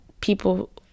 people